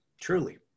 truly